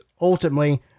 ultimately